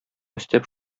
өстәп